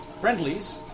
friendlies